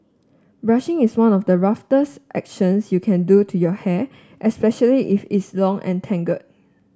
brushing is one of the roughest actions you can do to your hair especially if it's long and tangle